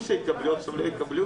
יוליה,